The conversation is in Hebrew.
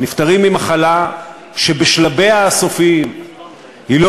נפטרים ממחלה שבשלביה הסופיים היא לא